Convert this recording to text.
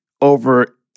over